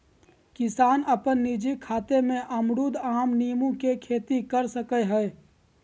किसान अपन निजी खेत में अमरूद, आम, नींबू के खेती कर सकय हइ